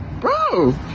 Bro